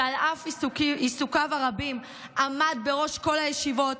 שעל אף עיסוקיו הרבים עמד בראש כל הישיבות,